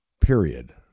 period